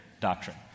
doctrine